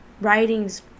writing's